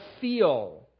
feel